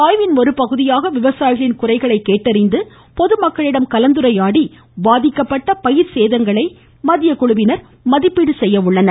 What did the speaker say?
ஆய்வின் ஒரு பகுதியாக விவசாயிகளின் குறைகளை கேட்டறிந்து பொதுமக்களிடம் கலந்துரையாடி பாதிக்கப்பட்ட பயிர் சேதங்களை மதிப்பீடு செய்ய உள்ளனர்